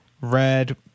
red